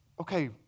okay